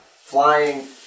flying